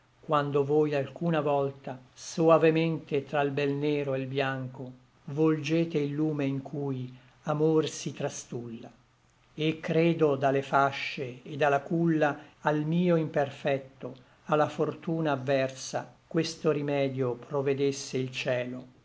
quando voi alcuna volta soavemente tra l bel nero e l biancho volgete il lume in cui amor si trastulla et credo da le fasce et da la culla al mio imperfecto a la fortuna adversa questo rimedio provedesse il cielo